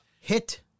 Hit